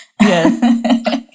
Yes